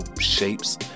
shapes